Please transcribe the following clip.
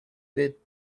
bit